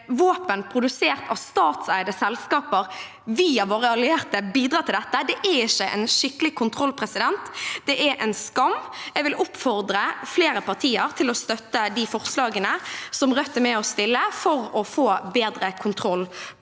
våpen produsert av statseide selskaper via våre allierte bidrar til dette, er ikke en skikkelig kontroll. Det er en skam. Jeg vil oppfordre flere partier til å støtte de forslagene som Rødt er med på å fremme, for å få bedre kontroll